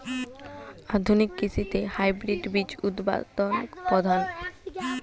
আধুনিক কৃষিতে হাইব্রিড বীজ উৎপাদন প্রধান